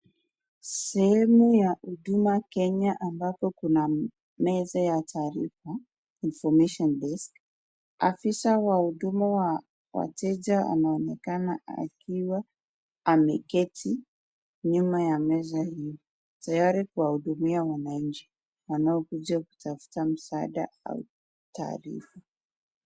Sehemu ya Huduma Kenya ambapo kuna meza ya taarifa information desk , afisa wa huduma wa wateja anaonekana akiwa ameketi nyuma ya meza hiyo tayari kuwahudumia wananchi wanaokuja kutafuta msaada au taarifa.